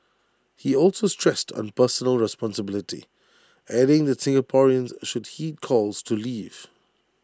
he also stressed on personal responsibility adding that Singaporeans should heed calls to leave